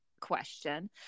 question